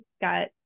got